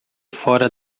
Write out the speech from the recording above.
fora